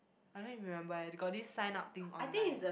I don't remember leh they got this sign up thing online